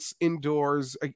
indoors